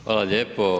Hvala lijepo.